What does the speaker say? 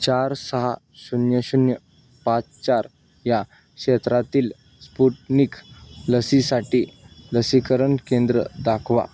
चार सहा शून्य शून्य पाच चार या क्षेत्रातील स्पुटनिक लसीसाठी लसीकरण केंद्र दाखवा